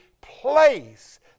place